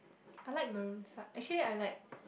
I like Maroon-Five actually I like